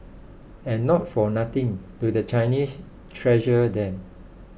and not for nothing do the Chinese treasure them